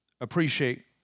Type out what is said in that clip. appreciate